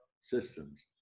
systems